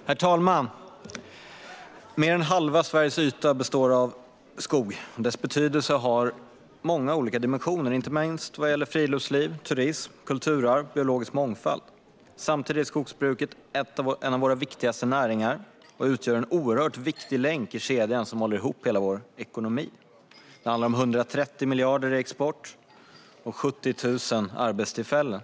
Skogspolitik Herr talman! Mer än halva Sveriges yta består av skog. Dess betydelse har många olika dimensioner, inte minst vad gäller friluftsliv, turism, kulturarv och biologisk mångfald. Samtidigt är skogsbruket en av våra viktigaste näringar och utgör en oerhört viktig länk i den kedja som håller ihop hela vår ekonomi. Det handlar om 130 miljarder i export och 70 000 arbetstillfällen.